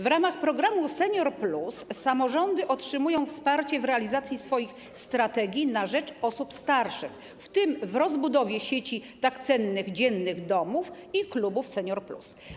W ramach programu ˝Senior+˝ samorządy otrzymują wsparcie w realizacji swoich strategii na rzecz osób starszych, w tym w rozbudowie sieci tak cennych dziennych domów i klubów Senior+.